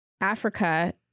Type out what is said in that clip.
Africa